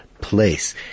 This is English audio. place